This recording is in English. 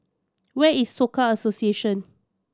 where is Soka Association